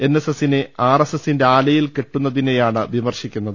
N S എസിനെ R S എസിന്റെ ആലയിൽ കെട്ടുന്നതിനെയാണ് വിമർശിക്കുന്നത്